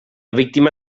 víctima